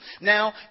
Now